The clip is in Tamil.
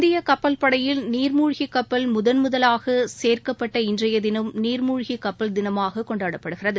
இந்திய கப்பல் படையில் நீர் மூழ்கி கப்பல் முதன் முதலாக சேர்க்கப்பட்டதை அடுத்து இன்றைய தினம் நீர்மூழ்கி கப்பல் தினமாக கொண்டாடப்படுகிறது